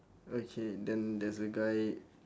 okay then there's a guy